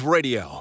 Radio